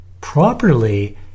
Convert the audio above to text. properly